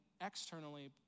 externally